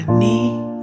need